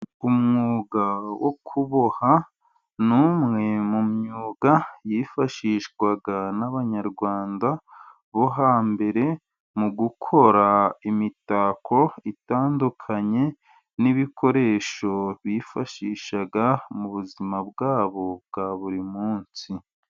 Umwuga wo kuboha n'umwe mu myuga yifashishwaga n'abanyarwanda bo hambere mu gukora imitako itandukanye, n'ibikoresho bifashishaga mu buzima bwabo bwa buri munsi.